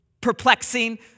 perplexing